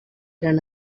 eren